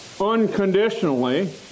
unconditionally